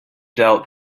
doubt